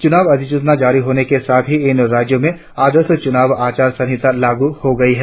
चुनाव अधिसूचना जारी होने के साथ ही इन राज्यों में आदर्श चुनाव आचार संहिता लागू हो गई है